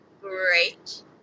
great